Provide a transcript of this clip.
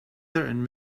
and